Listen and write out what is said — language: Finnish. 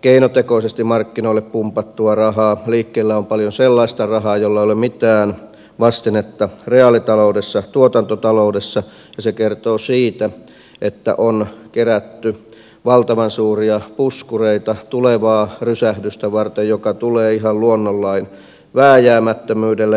keinotekoisesti markkinoille pumpattua rahaa liikkeellä on paljon sellaista rahaa jolla ei ole mitään vastinetta reaalitaloudessa tuotantotaloudessa ja se kertoo siitä että on kerätty valtavan suuria puskureita tulevaa rysähdystä varten joka tulee ihan luonnonlain vääjäämättömyydellä